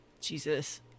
Jesus